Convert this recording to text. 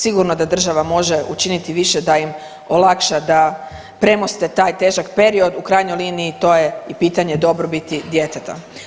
Sigurno da država može učiniti više da im olakša da premoste taj težak period u krajnjoj liniji to je i pitanje dobrobiti djeteta.